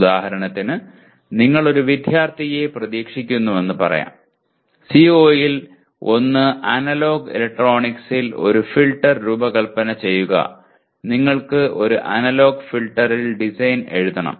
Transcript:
ഉദാഹരണത്തിന് നിങ്ങൾ ഒരു വിദ്യാർത്ഥിയെ പ്രതീക്ഷിക്കുന്നുവെന്ന് പറയാം CO യിൽ ഒന്ന് അനലോഗ് ഇലക്ട്രോണിക്സിൽ ഒരു ഫിൽറ്റർ രൂപകൽപ്പന ചെയ്യുക നിങ്ങൾക്ക് ഒരു അനലോഗ് ഫിൽട്ടറിൽ ഡിസൈൻ എഴുതണം